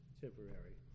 temporary